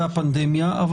אחרי המגיפה,